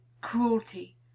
cruelty